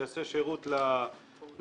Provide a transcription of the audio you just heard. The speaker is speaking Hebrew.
שיעשה שירות לקהילה,